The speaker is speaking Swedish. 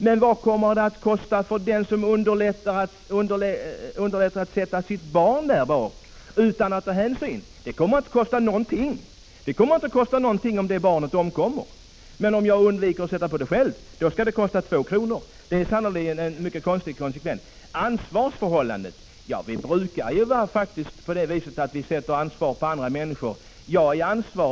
Men vad kommer det att kosta för den som underlåter att sätta sitt barn i bilbälte där bak utan att ta någon hänsyn? Det kommer inte att kosta någonting. Det kommer inte att kosta någonting om det barnet omkommer. Men om jag själv undviker att sätta på mig bilbältet kommer det att kosta 200 kr. Det är sannerligen mycket konstigt. Beträffande ansvarsförhållandet brukar det faktiskt vara på det sättet att vi kräver att människor tar ansvar.